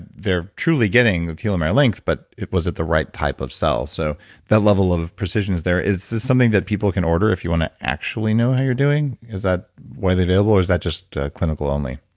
they're truly getting the telomere length, but was it the right type of cell so that level of precision is there. is this something that people can order if you want to actually know how you're doing? is that widely available or is that just clinical only?